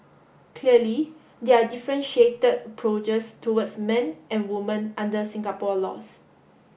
clearly there are differentiated approaches towards men and women under Singapore laws